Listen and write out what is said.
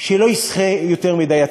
שלא ישחה יותר מדי עצמאי.